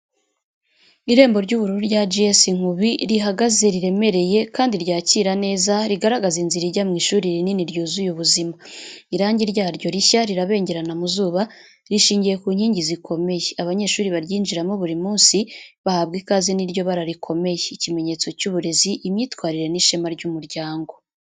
Irembo ry’ubururu rya G.S Nkubi rihagaze riremereye kandi ryakira neza, rigaragaza inzira ijya mu ishuri rinini ryuzuye ubuzima. Irangi ryaryo rishya rirabengerana mu zuba, rishingiye ku nkingi zikomeye. Abanyeshuri baryinjiramo buri munsi, bahabwa ikaze n’iryo bara rikomeye, ikimenyetso cy’uburezi, imyitwarire n’ishema ry’umuryango.